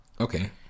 Okay